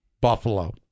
Buffalo